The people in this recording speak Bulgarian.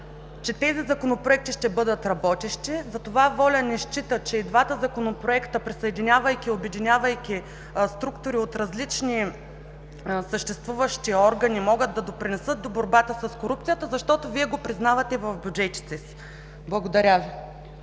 че тези законопроекти ще бъдат работещи, затова „Воля“ не счита, че и двата законопроекта присъединявайки, обединявайки структури от различни съществуващи органи, могат да допринесат за борбата с корупцията, защото Вие го признавате в бюджетите си. Благодаря Ви.